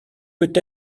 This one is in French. peut